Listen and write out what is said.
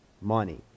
money